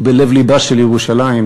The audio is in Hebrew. בלב לבה של ירושלים,